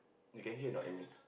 you can hear or not admin